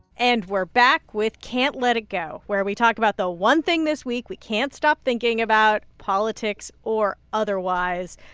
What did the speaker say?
and we're back with can't let it go, where we talk about the one thing this week we can't stop thinking about, politics or otherwise.